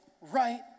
right